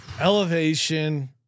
elevation